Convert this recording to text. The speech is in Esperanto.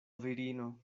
virino